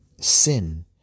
Sin